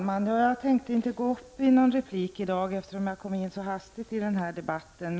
Fru talman! Jag tänkte inte gå upp i någon replik, eftersom jag kom in så hastigt i debatten.